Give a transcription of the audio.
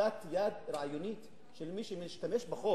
יד רעיונית של מי שמשתמש בחוק,